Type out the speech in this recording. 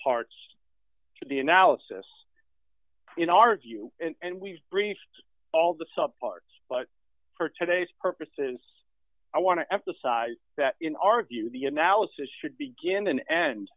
parts to the analysis in our view and we've briefed all the sub parts but for today's purposes i want to emphasize that in our view the analysis should begin and end